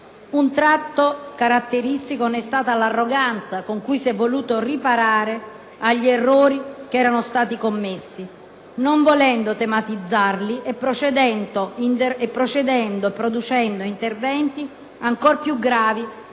Un tratto caratteristico ne è stata l'arroganza con cui si è voluto riparare agli errori che erano stati commessi, non volendo tematizzarli e producendo interventi ancor più gravi